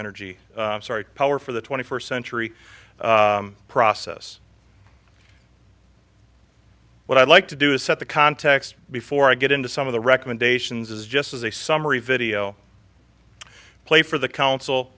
energy sorry power for the twenty first century process what i'd like to do is set the context before i get into some of the recommendations as just as a summary video play for the council